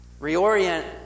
reorient